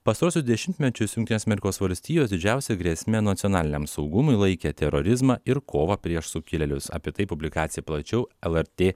pastaruosius dešimtmečius jungtinės amerikos valstijos didžiausia grėsme nacionaliniam saugumui laikė terorizmą ir kovą prieš sukilėlius apie tai publikacija plačiau lrt